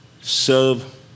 serve